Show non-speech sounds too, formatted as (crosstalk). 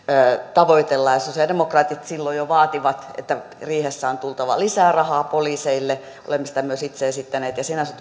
tavoitellaan sosiaalidemokraatit silloin jo vaativat että riihessä on tultava lisää rahaa poliiseille olemme sitä myös itse esittäneet ja sinänsä (unintelligible)